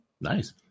Nice